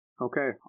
Okay